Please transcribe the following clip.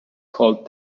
called